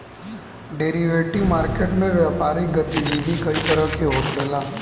derivative market में व्यापारिक गतिविधि कई तरह से होखेला